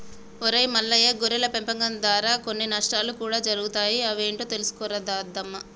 ఒరై మల్లయ్య గొర్రెల పెంపకం దారా కొన్ని నష్టాలు కూడా జరుగుతాయి అవి ఏంటో తెలుసుకోరా దద్దమ్మ